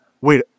wait